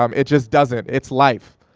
um it just doesn't, it's life.